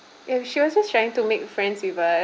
and she was just trying to make friends with us